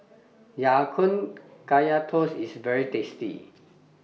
Ya Kun Kaya Toast IS very tasty